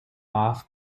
off